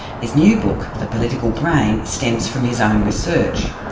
his new book, the political brain, stems from his own research.